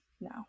no